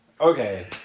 okay